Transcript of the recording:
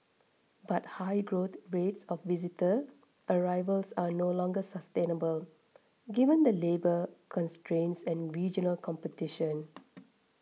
but high growth rates of visitor arrivals are no longer sustainable given the labour constraints and regional competition